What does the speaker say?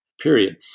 period